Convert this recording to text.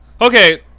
Okay